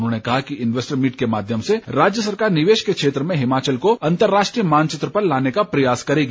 उन्होंने कहा कि इनवैस्टर्स मीट के माध्यम से राज्य सरकार निवेश के क्षेत्र में हिमाचल को अंतर्राष्ट्रीय मानचित्र पर लाने का प्रयास करेगी